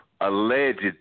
alleged